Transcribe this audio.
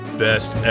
Best